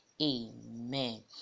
Amen